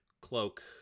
cloak